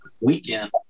weekend